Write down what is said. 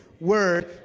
word